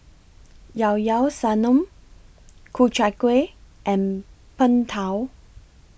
Ilao Ilao Sanum Ku Chai Kueh and Png Tao